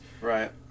Right